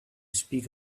speak